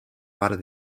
par